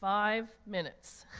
five minutes,